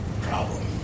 problem